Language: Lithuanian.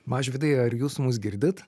mažvydai ar jūs mus girdit